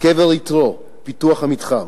קבר יתרו, פיתוח המתחם.